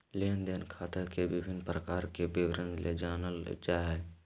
लेन देन खाता के विभिन्न प्रकार के विवरण से जानल जाय हइ